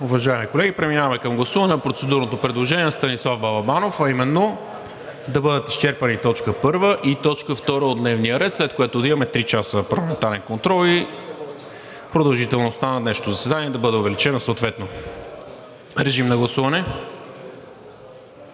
Уважаеми колеги, преминаваме към гласуване на процедурното предложение на Станислав Балабанов, а именно да бъдат изчерпани т. 1 и т. 2 от дневния ред, след което да имаме три часа парламентарен контрол и продължителността на днешното заседание да бъде увеличена съответно. Режим на гласуване.